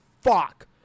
fuck